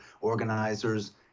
organizers